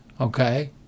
okay